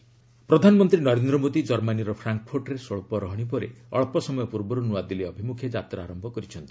PM Delhi ପ୍ରଧାନମନ୍ତ୍ରୀ ନରେନ୍ଦ୍ର ମୋଦୀ କର୍ମାନୀର ଫ୍ରାଙ୍କ୍ଫର୍ଟ୍ରେ ସ୍ୱଚ୍ଚ ରହଣୀ ପରେ ଅକ୍ଷ ସମୟ ପୂର୍ବରୁ ନୂଆଦିଲ୍ଲୀ ଅଭିମୁଖେ ଯାତ୍ରା ଆରମ୍ଭ କରିଛନ୍ତି